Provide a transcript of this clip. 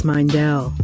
Mindell